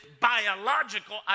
biological